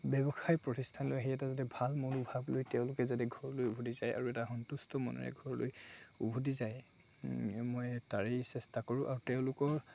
ব্যৱসায় প্ৰতিষ্ঠানলৈ আহি এটা যতে ভাল মনোভাৱ লৈ তেওঁলোকে যাতে ঘৰলৈ উভতি যায় আৰু এটা সন্তুষ্ট মনেৰে ঘৰলৈ উভতি যায় মই তাৰেই চেষ্টা কৰোঁ আৰু তেওঁলোকৰ